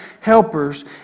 helpers